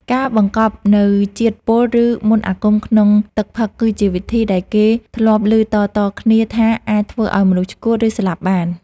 ការបង្កប់នូវជាតិពុលឬមន្តអាគមក្នុងទឹកផឹកគឺជាវិធីដែលគេធ្លាប់ឮតៗគ្នាថាអាចធ្វើឱ្យមនុស្សឆ្កួត ឬស្លាប់បាន។